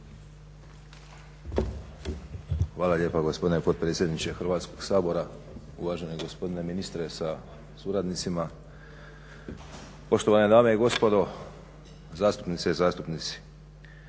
Hvala lijepa potpredsjedniče Hrvatskog sabora. Uvaženi gospodine ministre sa suradnicima, poštovane dame i gospodo, zastupnice i zastupnici.